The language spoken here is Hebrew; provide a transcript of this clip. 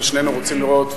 ושנינו רוצים לראות.